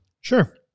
Sure